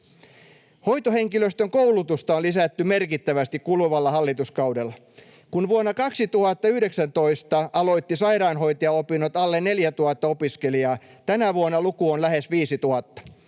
Hoitohenkilöstön koulutusta on lisätty merkittävästi kuluvalla hallituskaudella. Kun vuonna 2019 aloitti sairaanhoitajaopinnot alle 4 000 opiskelijaa, tänä vuonna luku on lähes 5 000.